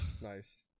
nice